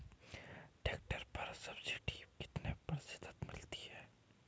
Tractor पर subsidy कितने प्रतिशत मिलती है?